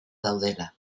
daudela